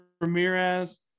Ramirez